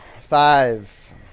five